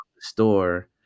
store